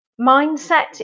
mindset